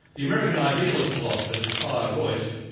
the american idealist philosopher josiah royce,